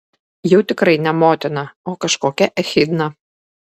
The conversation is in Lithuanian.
jau tikrai ne motina o kažkokia echidna